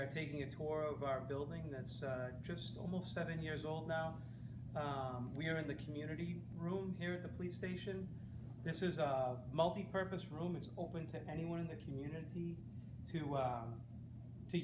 are taking a tour of our building that's just almost seven years old now we're in the community room here the police station this is a multipurpose room is open to anyone in the community to